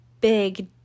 big